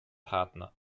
partner